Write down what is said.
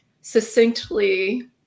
succinctly